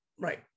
Right